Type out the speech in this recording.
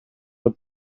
were